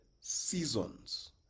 seasons